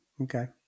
Okay